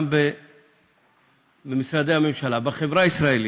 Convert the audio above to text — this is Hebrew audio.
גם במשרדי הממשלה, בחברה הישראלית,